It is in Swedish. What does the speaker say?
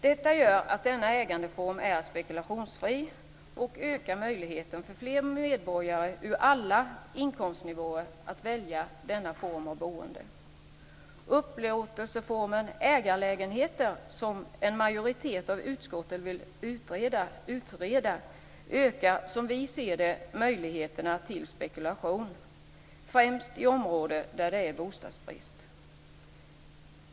Detta gör att denna ägandeform är spekulationsfri och ökar möjligheten för fler medborgare från alla inkomstnivåer att välja denna form av boende. Upplåtelseformen ägarlägenheter, som en majoritet av utskottet vill utreda, ökar som vi ser det möjligheterna till spekulation, främst i områden där det är bostadsbrist.